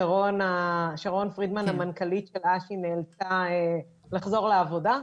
שרון פרידמן המנכ"לית של אש"י נאלצה לחזור לעבודה.